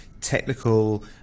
technical